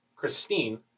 Christine